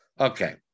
okay